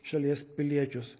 šalies piliečius